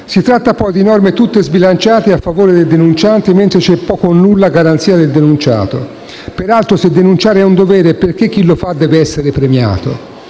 Si tratta, poi, di norme tutte sbilanciate a favore del denunciante, mentre c'è poco o nulla a garanzia del denunciato. Peraltro, se denunciare è un dovere, perché chi lo fa deve essere premiato?